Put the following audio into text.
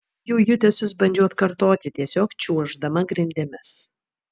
jų judesius bandžiau atkartoti tiesiog čiuoždama grindimis